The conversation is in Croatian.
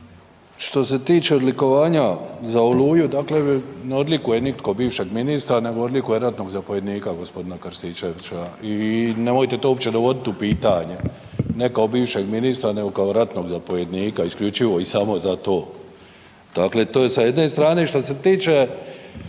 što se tiče odlikovanja za „Oluju“ dakle ne odlikuje nitko bivšeg ministra nego odlikuje ratnoga zapovjednika gospodina Krstičevića. I nemojte to uopće dovoditi u pitanje, ne kao bivšeg ministra nego kao ratnog zapovjednika, isključivo i samo za to. Dakle to je sa jedne strane. Što se tiče